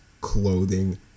clothing